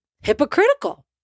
hypocritical